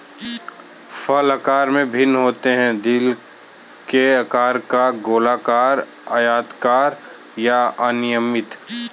फल आकार में भिन्न होते हैं, दिल के आकार का, गोलाकार, आयताकार या अनियमित